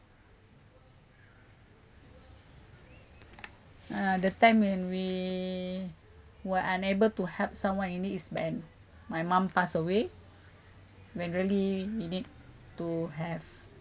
uh the time when we were unable to help someone in need is when my mum pass away when really you need to have